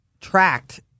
tracked